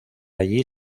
allí